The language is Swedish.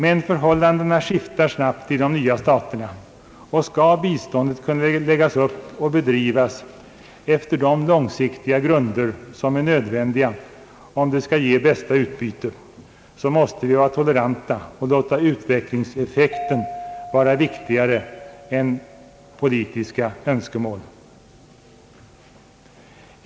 Men förhållandena skiftar snabbt i de nya staterna, och skall biståndet kunna läggas upp och bedrivas efter de långsiktiga grunder som är nödvändiga om det skall ge bästa utbyte, så måste vi vara toleranta och låta utvecklingseffekten vara viktigare än politiska önskemål.